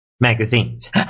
magazines